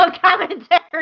commentary